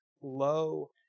low